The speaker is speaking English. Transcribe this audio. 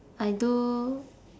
I do